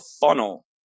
funnel